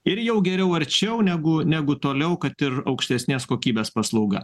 ir jau geriau arčiau negu negu toliau kad ir aukštesnės kokybės paslauga